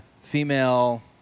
female